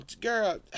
girl